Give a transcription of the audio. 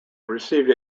received